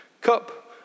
cup